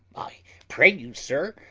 i pray you, sir,